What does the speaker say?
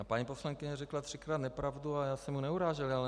Paní poslankyně řekla třikrát nepravdu a já jsem ji neurážel.